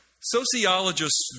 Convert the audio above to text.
Sociologists